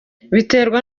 biterwa